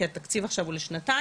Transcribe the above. כי התקציב עכשיו הוא לשנתיים,